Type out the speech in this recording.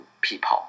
people